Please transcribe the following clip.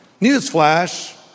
Newsflash